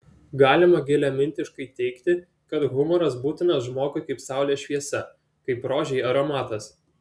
galima giliamintiškai teigti kad humoras būtinas žmogui kaip saulės šviesa kaip rožei aromatas